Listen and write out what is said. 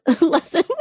lesson